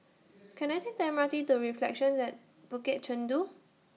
Can I Take The M R T to Reflections At Bukit Chandu